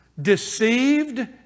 Deceived